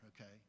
okay